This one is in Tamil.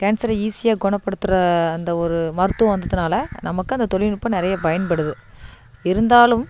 கேன்சரை ஈஸியாக குணப்படுத்துற அந்த ஒரு மருத்துவம் வந்துட்டதனால நமக்கு அந்த தொழில்நுட்பம் நிறைய பயன்படுது இருந்தாலும்